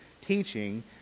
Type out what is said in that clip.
teaching